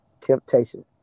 temptation